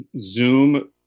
Zoom